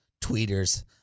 tweeters